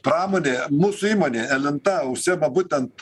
pramonė mūsų įmonė elinta užsiima būtent